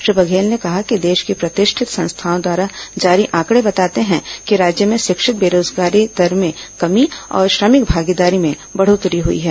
श्री बघेल ने कहा कि देश के प्रतिष्ठित संस्थाओं द्वारा जारी आंकड़े बताते हैं कि राज्य में शिक्षित बेरोजगारी दर में कमी और श्रमिक भागीदारी में बढ़ोत्तरी हुई है